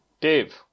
Dave